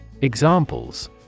Examples